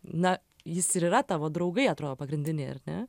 na jis ir yra tavo draugai atrodo pagrindiniai ar ne